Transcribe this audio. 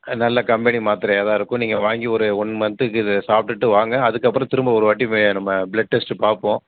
ஆ நல்ல கம்பெனி மாத்திரையாக தான் இருக்கும் நீங்கள் வாங்கி ஒரு ஒன் மந்த்துக்கு இதை சாப்பிட்டுட்டு வாங்க அதுக்கப்புறம் திரும்ப ஒரு வாட்டி வே நம்ம பிளட் டெஸ்ட்டு பார்ப்போம்